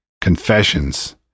Confessions